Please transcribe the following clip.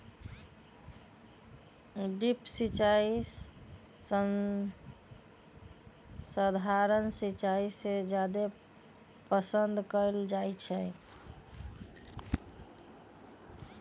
drip सिंचाई सधारण सिंचाई से जादे पसंद कएल जाई छई